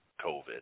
COVID